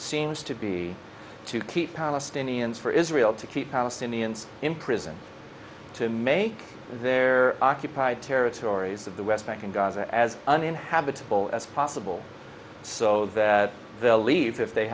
seems to be to keep palestinians for israel to keep palestinians in prison to make their occupied territories of the west bank and gaza as uninhabitable as possible so that they'll leave if they